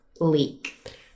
leak